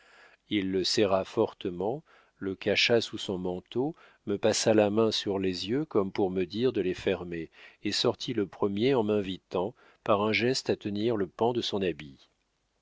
il le serra fortement le cacha sous son manteau me passa la main sur les yeux comme pour me dire de les fermer et sortit le premier en m'invitant par un geste à tenir le pan de son habit